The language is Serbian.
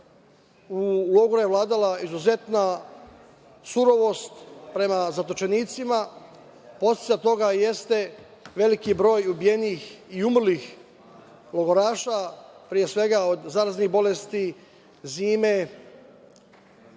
u logoru je vladala izuzetna surovost prema zatočenicima. Posledica toga jeste veliki broj ubijenih i umrlih logoraša, pre svega od zaraznih bolesti, zime